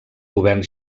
govern